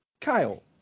Kyle